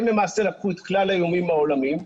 הם למעשה לקחו את כלל האיומים העולמיים,